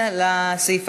השר.